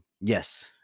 Yes